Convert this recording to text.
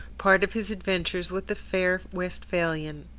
part of his adventures with the fair westphalian.